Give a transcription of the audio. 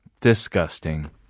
Disgusting